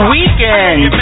Weekend